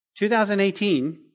2018